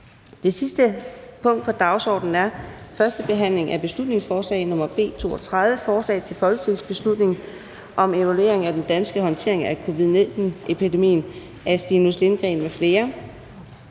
Det sidste punkt på dagsordenen er: 2) 1. behandling af beslutningsforslag nr. B 32: Forslag til folketingsbeslutning om evaluering af den danske håndtering af covid-19-epidemien. Af Stinus Lindgreen (RV),